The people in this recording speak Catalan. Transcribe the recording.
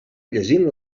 llegint